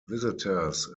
visitors